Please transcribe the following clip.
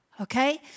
Okay